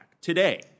today